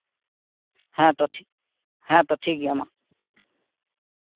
ᱦᱮᱸᱛᱚ ᱦᱮᱸᱛᱚ ᱴᱷᱤᱠ ᱜᱮᱭᱟ ᱢᱟ